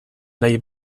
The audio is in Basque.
nahi